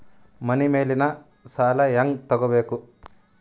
ಮನಿ ಮೇಲಿನ ಸಾಲ ಹ್ಯಾಂಗ್ ತಗೋಬೇಕು?